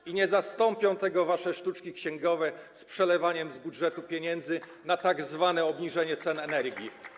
I nie zastąpią tego wasze sztuczki księgowe z przelewaniem z budżetu pieniędzy na tzw. obniżenie cen energii.